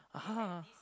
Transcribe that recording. (uh huh)